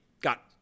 got